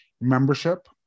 membership